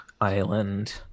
Island